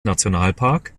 nationalpark